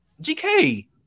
GK